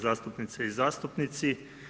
zastupnice i zastupnici.